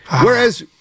Whereas